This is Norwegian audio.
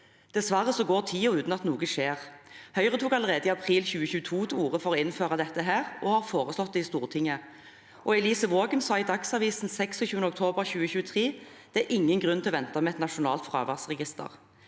Dessverre går tiden uten at noe skjer. Høyre tok allerede i april 2022 til orde for å innføre dette og har foreslått det i Stortinget. Elise Waagen sa i Dagsavisen 26. oktober 2023: «Det er ingen grunn til å vente med et nasjonalt fraværsregister.»